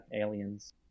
Aliens